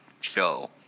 show